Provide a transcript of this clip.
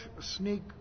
sneak